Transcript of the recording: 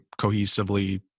cohesively